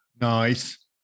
Nice